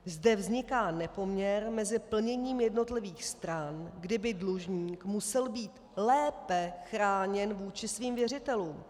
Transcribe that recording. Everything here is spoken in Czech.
Zde vzniká nepoměr mezi plněním jednotlivých stran, kdy by dlužník musel být lépe chráněn vůči svým věřitelům.